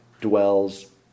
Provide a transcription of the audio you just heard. dwells